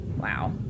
Wow